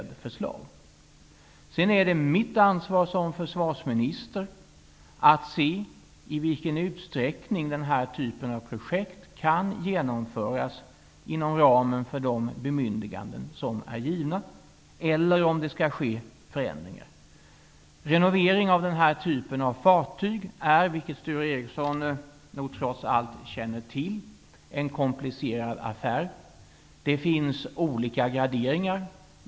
Det är mitt ansvar som försvarsminister att avgöra i vilken utsträckning den här typen av projekt kan genomföras inom ramen för de bemyndiganden som är givna eller om det måste ske förändringar. Renovering av den här typen av fartyg är, vilket Sture Ericson nog trots allt känner till, en komplicerad affär. Det finns olika graderingar.